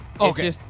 okay